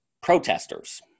protesters